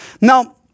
Now